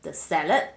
the salad